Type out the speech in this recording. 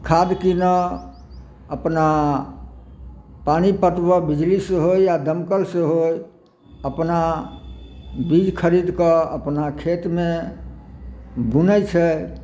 खाद किनऽ अपना पानि पटबऽ बिजली से होइ या दमकल से होइ अपना बीज खरीद कऽ अपना खेतमे बुनै छै